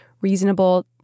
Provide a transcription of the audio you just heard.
reasonable